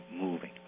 moving